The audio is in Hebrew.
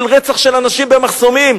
על רצח של אנשים במחסומים.